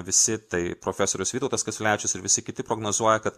visi tai profesorius vytautas kasiulevičius ir visi kiti prognozuoja kad